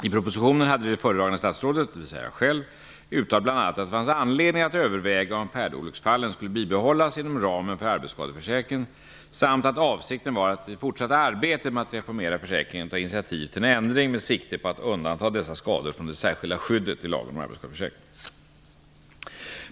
I proposi tionen hade det föredragande statsrådet, dvs. jag själv, uttalat att det bl.a. fanns anledning att över väga om färdolycksfallen skulle bibehållas inom ramen för arbetsskadeförsäkringen samt att av sikten var att i det fortsatta arbetet med att refor mera försäkringen ta initiativ till en ändring med sikte på att undanta dessa skador från det sär skilda skyddet i lagen om arbetsskadeförsäkring.